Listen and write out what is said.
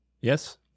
Yes